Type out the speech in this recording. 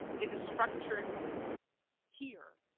it is structured here,